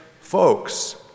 folks